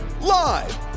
Live